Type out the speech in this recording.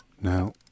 Now